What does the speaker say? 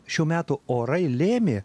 šių metų orai lėmė